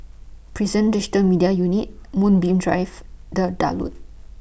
Prison Digital Media Unit Moonbeam Drive The